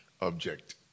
object